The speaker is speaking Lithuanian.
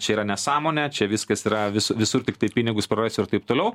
čia yra nesąmonė čia viskas yra vis visur tiktai pinigus prarasiu ir taip toliau